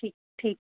ठीक ठीक